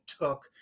took